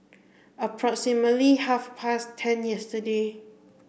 approximately half past ten yesterday